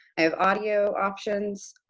have audio options,